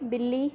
ਬਿੱਲੀ